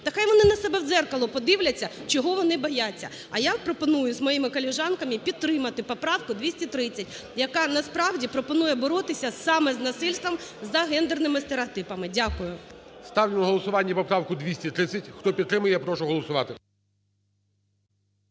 Та хай вони на себе дзеркало подивляться, чого вони бояться. А я пропоную з моїми колежанками підтримати поправку 230, яка, насправді, пропонує боротися саме з насильством за ґендерними стереотипами. Дякую. ГОЛОВУЮЧИЙ. Ставлю на голосування поправку 230. Хто підтримує, я прошу голосувати.